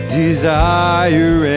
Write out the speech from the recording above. desire